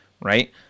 right